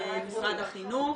משרד החינוך.